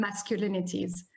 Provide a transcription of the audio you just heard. masculinities